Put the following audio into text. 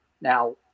Now